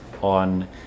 on